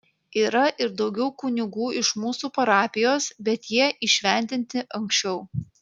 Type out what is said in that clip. yra ir daugiau kunigų iš mūsų parapijos bet jie įšventinti anksčiau